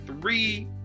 three